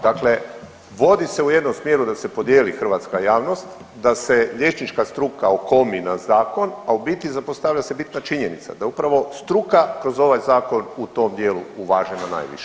Dakle, vodi se u jednom smjeru da se podijeli hrvatska javnost, da se liječnička struka okomi na zakon, a u biti zapostavlja se bitna činjenica da je upravo struka kroz ovaj zakon u tom dijelu uvažena najviše.